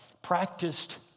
Practiced